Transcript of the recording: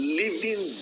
living